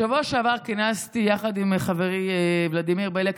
בשבוע שעבר כינסתי יחד עם חברי ולדימיר בליאק